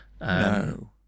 No